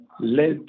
let